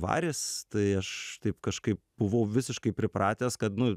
varis tai aš taip kažkaip buvau visiškai pripratęs kad nu